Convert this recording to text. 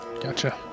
Gotcha